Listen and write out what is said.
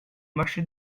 marché